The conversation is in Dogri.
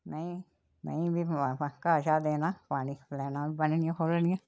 मेहीं मेहीं बी घा शा देना पानी पलैना बन्ननियां खोलनियां